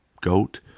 goat